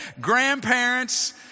grandparents